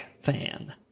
fan